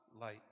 light